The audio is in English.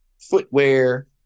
footwear